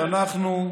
אנחנו,